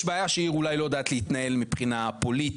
יש בעיה שהיא אולי לא יודעת להתנהל מבחינה פוליטית,